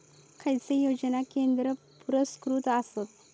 खैचे योजना केंद्र पुरस्कृत आसत?